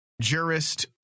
jurist